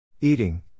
Eating